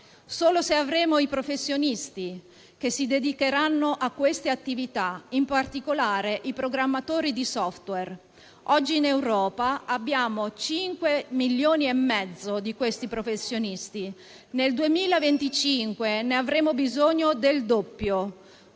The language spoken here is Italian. Solo se avremo i professionisti che si dedicheranno a queste attività, in particolare i programmatori di *software*. Oggi in Europa abbiamo 5,5 milioni di questi professionisti e nel 2025 avremo bisogno del doppio,